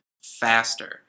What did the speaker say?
faster